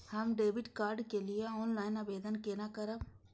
हम debit card के लिए ऑनलाइन आवेदन केना करब?